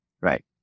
right